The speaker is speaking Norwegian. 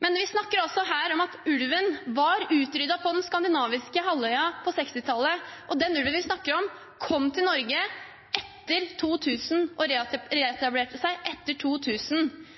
Men vi snakker her om at ulven var utryddet på den skandinaviske halvøya på 1960-tallet. Den ulven vi snakker om, kom til Norge og reetablerte seg etter år 2000.